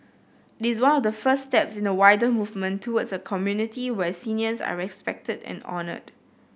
it is one of the first steps in a wider movement towards a community where seniors are respected and honoured